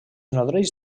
nodreix